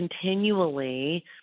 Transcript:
continually